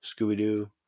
Scooby-Doo